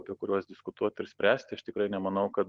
apie kuriuos diskutuot ir spręst aš tikrai nemanau kad